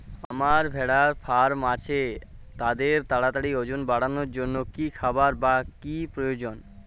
আমার ভেড়ার ফার্ম আছে তাদের তাড়াতাড়ি ওজন বাড়ানোর জন্য কী খাবার বা কী প্রয়োজন?